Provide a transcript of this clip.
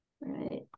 right